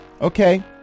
Okay